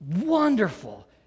wonderful